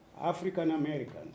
African-Americans